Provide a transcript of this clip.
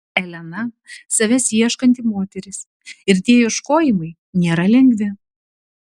elena savęs ieškanti moteris ir tie ieškojimai nėra lengvi